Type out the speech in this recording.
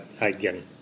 again